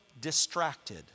distracted